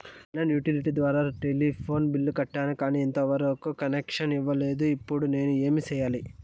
On line utility ద్వారా telephone bill కట్టాను, కానీ ఎంత వరకు కనెక్షన్ ఇవ్వలేదు, ఇప్పుడు నేను ఏమి సెయ్యాలి?